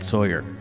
Sawyer